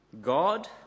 God